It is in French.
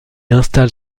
installe